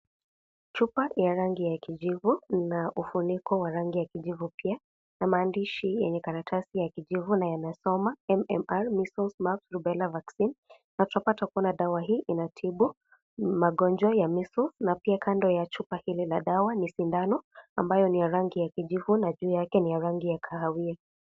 Chupa ya rangi ya kijivu na ufuniko wa rangi ya kijivu pia na maandishi yenye karatasi ya kijivu na yanasoma MMR measles mumps rubela vaccine na tunpata kuona dawa hii inatibu magonjwa ya measles na pia kando ya chupa hili la dawa ni sindano ambayo ni ya rangi ya kijivu na juu yake ni ya rangi ya kahawia.